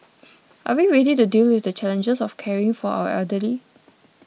are we ready to deal with the challenges of caring for our elderly